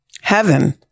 heaven